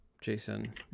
Jason